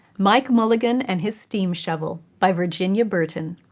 mike mulligan and his steam shovel by virginia burton